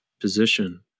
position